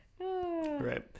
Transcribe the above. Right